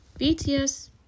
BTS